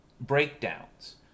breakdowns